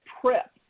prep